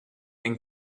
and